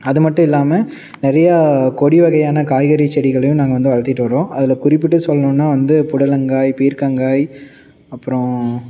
அது மட்டும் இல்லாமல் நிறையா கொடி வகையான காய்கறி செடிகளையும் நாங்கள் வந்து வளர்த்திட்டு வர்றோம் அதில் குறிப்பிட்டு சொல்லணுன்னா வந்து புடலங்காய் பீர்க்கங்காய் அப்புறோம்